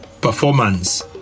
performance